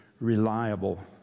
reliable